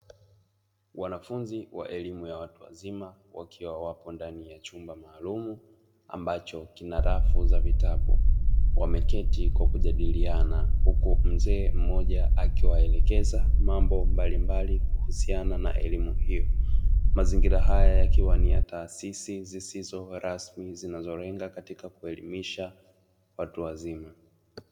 Wanafunzi wa elimu ya watu wazima wakiwa wapo ndani ya chumba maalumu, ambacho kina rafu za vitabu, wameketi kwa kujadiliana huku mzee mmoja akiwaelekeza mambo mbalimbali kuhusiana na elimu hiyo. Mazingira haya yakiwa ni ya taasisi zisizo rasmi zinazolenga katika kuelimisha watu wazima.